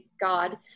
God